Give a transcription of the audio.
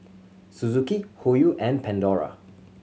Suzuki Hoyu and Pandora